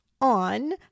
on